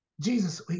Jesus